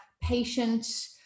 patient